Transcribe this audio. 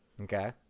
okay